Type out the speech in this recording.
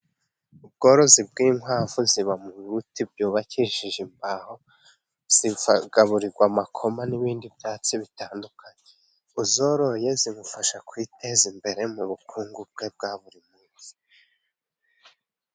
Ubworozi bw'inkwavu ziba mu bibuti byubakishije imbaho, zigaburigwa amakoma n'ibindi byatsi bitandukanye, uzoroye zimufasha kwiteza imbere mu bukungu bwe bwa buri munsi.